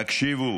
תקשיבו,